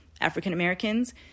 African-Americans